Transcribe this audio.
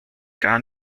gar